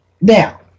Now